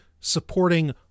supporting